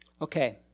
Okay